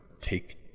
take